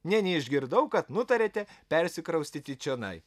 nė neišgirdau kad nutarėte persikraustyti čionai